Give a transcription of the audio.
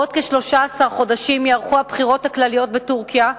בעוד כ-13 חודשים ייערכו הבחירות הכלליות בטורקיה,